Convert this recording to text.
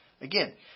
Again